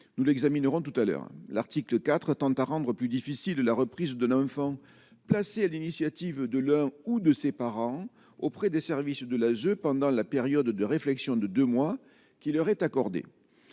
nous l'examinerons tout à l'heure, l'article 4 tend à rendre plus difficile de la reprise de l'enfant, placés à l'initiative de l'un ou de ses parents auprès des services de l'âge pendant la période de réflexion de 2 mois, qui leur est accordé